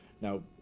Now